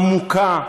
עמוקה,